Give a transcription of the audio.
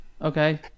Okay